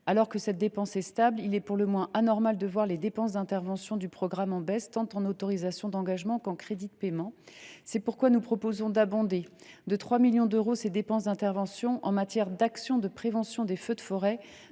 Alors que cette dépense est stable, il est pour le moins anormal que les dépenses d’intervention du programme diminuent, tant en autorisations d’engagement qu’en crédits de paiement. C’est pourquoi nous proposons d’abonder de 3 millions d’euros les dépenses d’intervention en matière d’actions de prévention des feux de forêt.